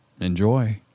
Enjoy